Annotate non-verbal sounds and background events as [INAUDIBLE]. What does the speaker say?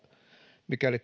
mikäli [UNINTELLIGIBLE]